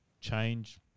change